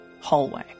hallway